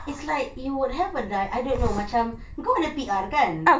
it's like you would have like I don't know macam kau ada P_R kan